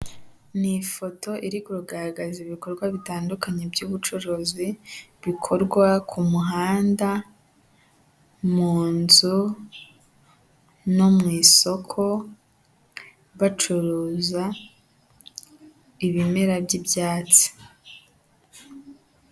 Ni ifoto iri kugaragaza ibikorwa bitandukanye by'ubucuruzi bikorwa ku muhanda, munzu no mu isoko, bacuruza ibimera by'ibyatsi.